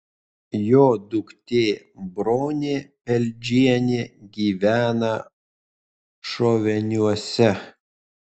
jo duktė bronė peldžienė gyvena šoveniuose